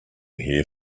here